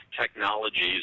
technologies